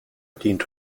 dient